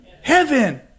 Heaven